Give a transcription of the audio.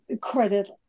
credit